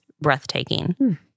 breathtaking